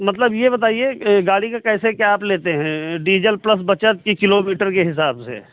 मतलब यह बताइए गाड़ी का क्या कैसे आप लेते हैं डीजल प्लस बचत की किलोमीटर के हिसाब से